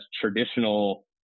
traditional